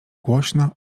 głośno